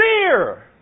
fear